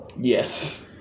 Yes